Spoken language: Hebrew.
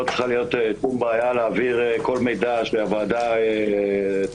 לא צריכה שום בעיה להעביר כל מידע שהוועדה תבקש,